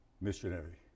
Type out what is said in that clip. missionary